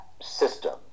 system